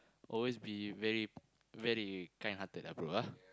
always be very very kindhearted ah bro ah